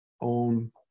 on